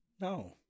No